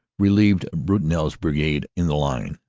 relieved brutinel's brigade in the line,